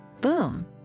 Boom